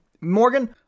Morgan